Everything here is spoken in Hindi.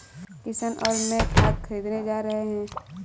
किशन और मैं खाद खरीदने जा रहे हैं